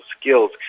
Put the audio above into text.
skills